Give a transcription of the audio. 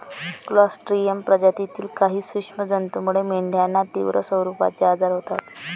Clostridium प्रजातीतील काही सूक्ष्म जंतूमुळे मेंढ्यांना तीव्र स्वरूपाचे आजार होतात